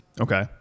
okay